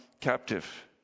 captive